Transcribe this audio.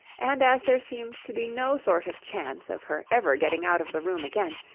and, as there seemed to be no sort of chance of her ever getting out of the room again,